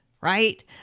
right